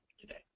today